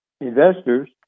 investors